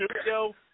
studio –